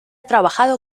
trabajado